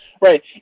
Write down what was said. Right